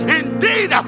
indeed